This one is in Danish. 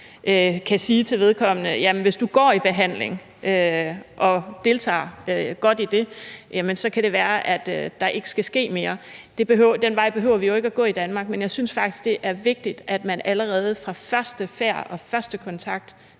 kan sige til vedkommende: Hvis du går i behandling og deltager godt i det, kan det være, at der ikke skal ske mere. Den vej behøver vi jo ikke at gå i Danmark, men jeg synes faktisk, det er vigtigt, at man allerede fra første færd og første kontakt